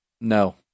No